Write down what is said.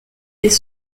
des